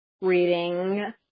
reading